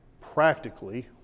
Practically